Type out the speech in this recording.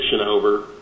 over